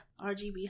RGB